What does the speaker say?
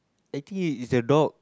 I think it it's a dog